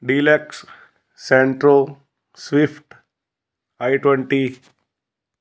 deluxe Santro Swift i twenty